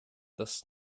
das